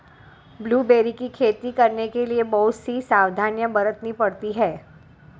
blueberry की खेती करने के लिए बहुत सी सावधानियां बरतनी पड़ती है